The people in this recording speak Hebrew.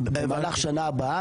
במהלך שנה הבאה.